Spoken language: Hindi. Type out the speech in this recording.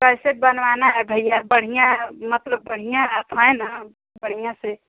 कैसेट बनवाना है भैया बढ़िया मतलब बढ़िया आप है ना बढ़िया से